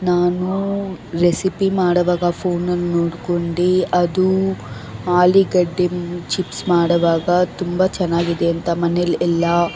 ನಾನು ರೆಸಿಪಿ ಮಾಡುವಾಗ ಫೋನನ್ನು ನೋಡ್ಕೊಂಡು ಅದು ಆಲುಗಡ್ಡಿ ಚಿಪ್ಸ್ ಮಾಡೋವಾಗ ತುಂಬ ಚೆನ್ನಾಗಿದೆ ಅಂತ ಮನೇಲಿ ಎಲ್ಲ